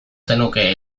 zenuke